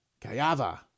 Kayava